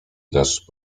deszcz